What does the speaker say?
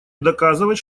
доказывать